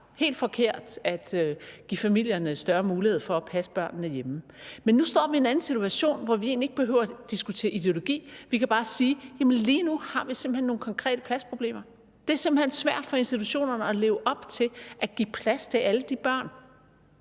helt forkert at give familierne større mulighed for at passe børnene hjemme. Men nu står vi i en anden situation, hvor vi egentlig ikke behøver at diskutere ideologi. Vi kan bare sige: Lige nu har vi simpelt hen nogle konkrete pladsproblemer; det er simpelt hen svært for institutionerne at leve op til at give plads til alle de børn,